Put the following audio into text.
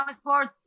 sports